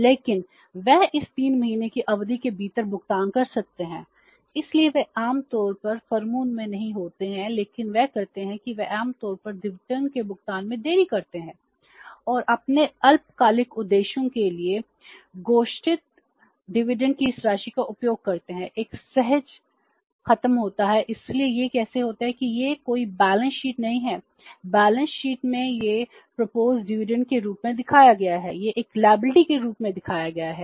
लेकिन वे इसे 3 महीने की अवधि के भीतर भुगतान कर सकते हैं इसलिए वे आम तौर पर फर्मों में नहीं होते हैं लेकिन वे करते हैं कि वे आमतौर पर डिविडेंड के रूप में दिखाया गया है